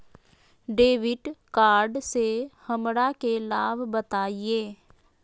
Debit card से हमरा के लाभ बताइए?